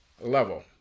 level